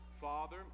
father